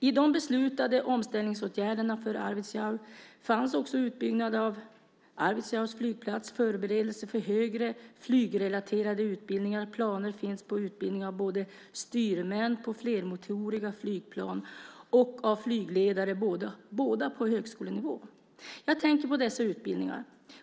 I de beslutade omställningsåtgärderna för Arvidsjaur fanns också utbyggnaden av Arvidsjaurs flygplats och förberedelser för högre flygrelaterade utbildningar. Planer finns på utbildning av både styrmän på flermotoriga flygplan och av flygledare, båda på högskolenivå. Jag tänker på dessa utbildningar.